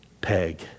peg